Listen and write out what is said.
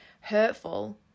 hurtful